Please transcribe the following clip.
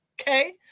okay